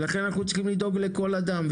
ולכן אנחנו צריכים לדאוג לכל אדם,